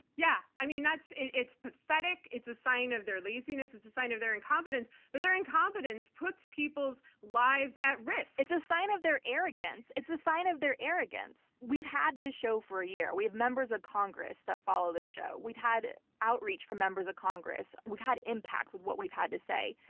yeah, i mean, it's pathetic. it's a sign of their laziness. it's a sign of their incompetence, but their incompetence puts people's lives at risk. it's a sign of their arrogance. it's a sign of their arrogance. we've had this show for a year. we have members of congress that follow this show. we've had outreach from members of congress. we've had impact with what we've had to say.